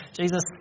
Jesus